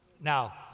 Now